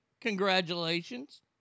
Congratulations